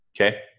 okay